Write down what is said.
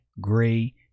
gray